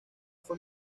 fue